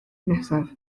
nesaf